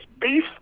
beef